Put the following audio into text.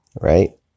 right